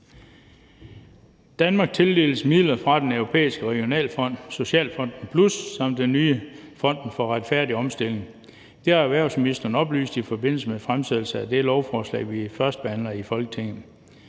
Danmark tildeles midler fra Den Europæiske Regionalfond, Socialfonden Plus og den nye Fonden for Retfærdig Omstilling. Det har erhvervsministeren oplyst i forbindelse med fremsættelse af det lovforslag, vi førstebehandler i Folketinget.